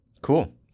Cool